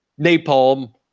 napalm